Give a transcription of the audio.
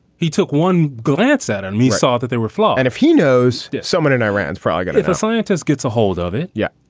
he took one glance at and he saw that they were flawed. and if he knows someone and i ran for i got. if a scientist gets a hold of it. yeah.